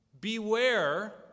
beware